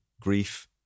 grief